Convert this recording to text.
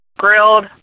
Grilled